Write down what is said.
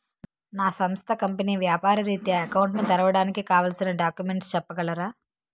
నా సంస్థ కంపెనీ వ్యాపార రిత్య అకౌంట్ ను తెరవడానికి కావాల్సిన డాక్యుమెంట్స్ చెప్పగలరా?